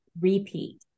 repeat